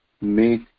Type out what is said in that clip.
make